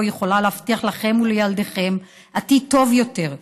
יכולה להבטיח לכם ולילדיכם עתיד טוב יותר,